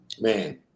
Man